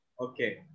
Okay